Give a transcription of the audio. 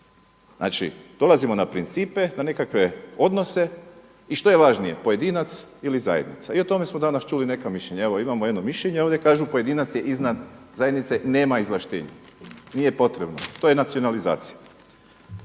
Znači dolazimo na principe, na nekakve odnose i što je važnije pojedinca ili zajednica. I o tome smo čuli danas neka mišljenja, evo imamo ovdje jedno mišljenje i ovdje kažu pojedinac je iznad zajednice nema izvlaštenja, nije potrebno to je nacionalizacija.